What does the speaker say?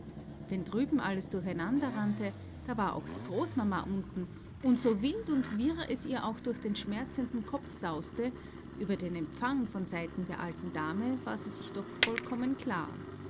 wenn drüben alles durcheinander rannte da war auch die großmama unten und so wild und wirr es ihr auch durch den schmerzenden kopf sauste über den empfang von seiten der alten dame war sie sich doch vollkommen klar